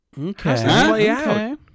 Okay